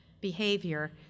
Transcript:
behavior